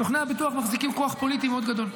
סוכני הביטוח מחזיקים כוח פוליטי מאוד גדול.